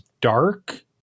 dark